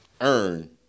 earn